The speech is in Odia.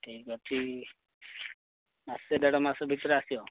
ଠିକ୍ ଅଛି ମାସେ ଦେଢ଼ ମାସ ଭିତରେ ଆସିବ